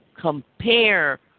compare